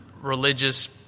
religious